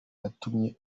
yatumye